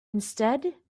instead